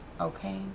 okay